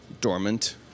dormant